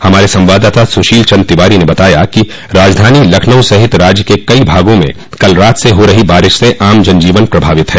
हमारे संवाददाता सुशील चन्द्र तिवारी ने बताया कि राजधानी लखनऊ सहित राज्य के कई भागों में कल रात से हो रही बारिश से आम जनजीवन प्रभावित है